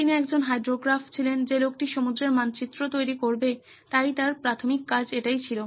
তিনি একজন হাইড্রোগ্রাফ ছিলেন যে লোকটি সমুদ্রের মানচিত্র তৈরি করবে তাই তার প্রাথমিক কাজ এটাই ছিল